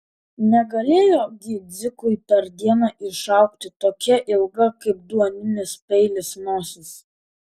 negalėjo gi dzikui per dieną išaugti tokia ilga kaip duoninis peilis nosis